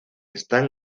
están